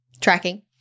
Tracking